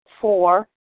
Four